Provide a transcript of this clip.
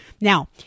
Now